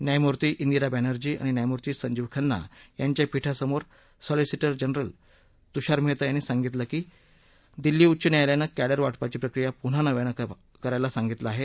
न्यायामूर्ती द्विरा बॅनर्जी आणि न्यायमूर्ती संजीव खन्ना यांच्या पीठासमोर सॉलिसीटर जनरल तुषार मेहता यांनी सांगितलं की दिल्ली उच्च न्यायालयानं कॅडर वाटपाची प्रकीया पुन्हा नव्यानं करायला सांगितलं आहे